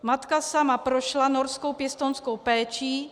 Matka sama prošla norskou pěstounskou péčí.